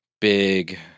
big